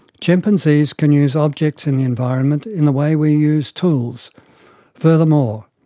chimpanzees can use objects in the environment in the way we use tools furthermore,